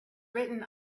written